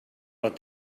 but